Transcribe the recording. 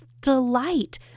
delight